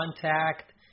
contact